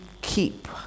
keep